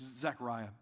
Zechariah